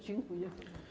Dziękuję.